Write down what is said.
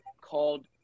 called